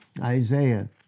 Isaiah